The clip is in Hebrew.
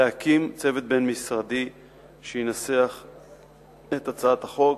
להקים צוות בין-משרדי שינסח את הצעת החוק.